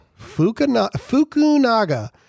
Fukunaga